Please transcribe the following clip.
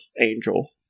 angel